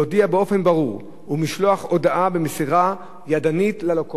באופן ברור ובמשלוח הודעה במסירה ידנית ללקוח